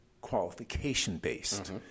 qualification-based